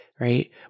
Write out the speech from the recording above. right